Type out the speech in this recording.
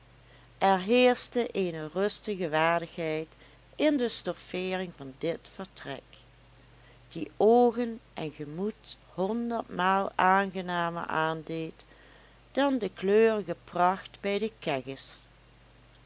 er heerschte eene rustige waardigheid in de stoffeering van dit vertrek die oogen en gemoed honderdmaal aangenamer aandeed dan de kleurige pracht bij de kegges